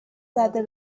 زده